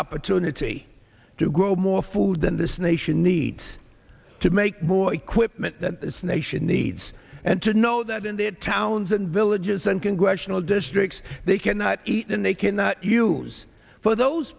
opportunity to grow more food than this nation needs to make more equipment that this nation needs and to know that in their towns and villages and congressional districts they cannot eat and they cannot use for those